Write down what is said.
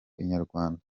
inyarwanda